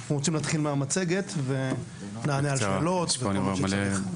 אנחנו רוצים להתחיל מהמצגת ונענה על שאלות וכל מה שצריך.